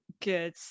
Good